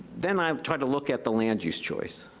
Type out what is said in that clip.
then i tried to look at the land use choice.